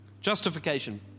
Justification